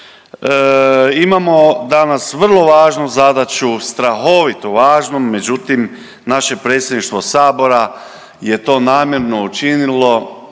Imamo danas vrlo važnu zadaću strahovito važnu, međutim naše Predsjedništvo Sabora je to namjerno učinilo